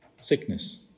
sickness